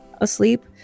asleep